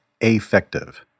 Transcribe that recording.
affective